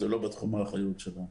זה לא בתחום האחריות שלנו.